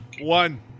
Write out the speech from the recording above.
One